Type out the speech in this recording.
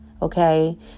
Okay